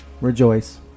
rejoice